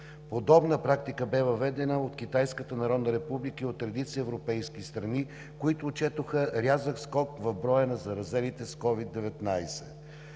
Подобна практика бе въведена от Китайската народна република и от редица европейски страни, които отчетоха рязък скок в броя на заразените с COVID-19.